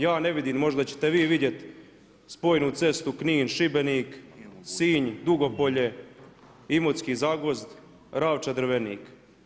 Ja ne vidim, možda ćete vi vidjet spojnu cestu Knin-Šibenik-Sinj-Dugopolje-Imotski-Zagvozd-Ravča-Drvenik.